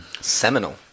Seminal